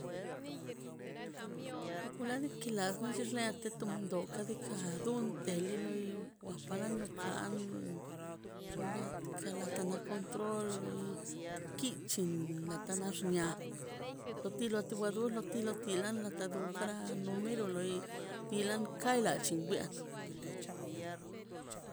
Kulandi ka las di xlatin do kadika dunte do loi in wapa no ka an xnaꞌ diikaꞌ la ata la control loi kitchi nata la xnia lo ti wa dol lo ti wa tilan latado dokara nun miro loi dilan kaila achingwia